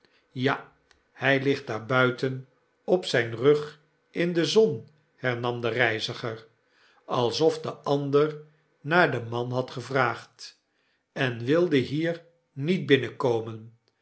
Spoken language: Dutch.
ja hy ligt daarbuiten op zijn rug in de zon hernam de reiziger alsof de ander naar den man had gevraagd enwilde hier niet